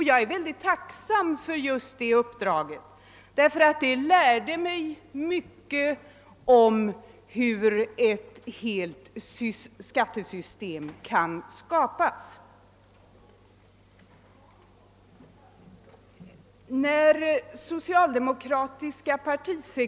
Jag är väldigt tacksam för det uppdraget, ty det lärde mig mycket om hur ett helt skattesystem kan skapas.